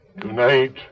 Tonight